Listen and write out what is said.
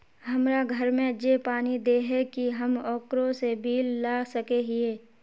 हमरा घर में जे पानी दे है की हम ओकरो से बिल ला सके हिये?